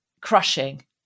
crushing